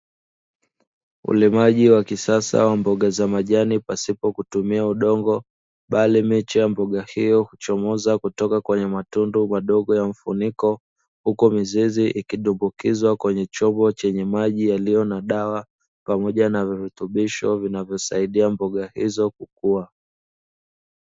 Ulimaji wa kisasa wa mboga za majani pasipo kutumia udongo, bali miche huchomoza kutoka kwenye matundu madogo ya mifuniko. Huku mizizi ikidumbukizwa kwenye chombo chenye maji yaliyo na dawa pamoja na virutubisho vinavyosaidia mboga hizo kukua.